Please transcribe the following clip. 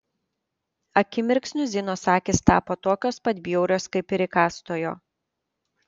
akimirksniu zinos akys tapo tokios pat bjaurios kaip ir įkąstojo